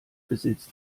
besitz